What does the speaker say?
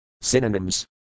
Synonyms